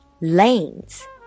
lanes